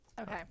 okay